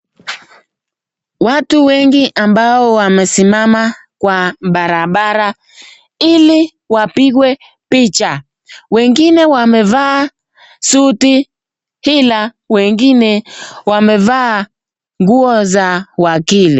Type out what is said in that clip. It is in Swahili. Watu wengi ambao wamesimama kwa barabara hili wapigwe picha . Wengine wamevaa suti ila wengine wamevaa nguo za Wakili.